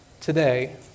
today